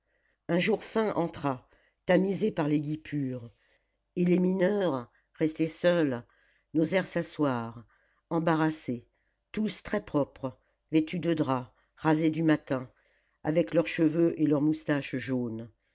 un jour fin entra tamisé par les guipures et les mineurs restés seuls n'osèrent s'asseoir embarrassés tous très propres vêtus de drap rasés du matin avec leurs cheveux et leurs moustaches jaunes